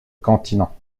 continent